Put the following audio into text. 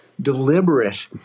deliberate